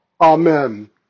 Amen